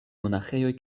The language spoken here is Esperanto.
monaĥejoj